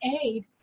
aid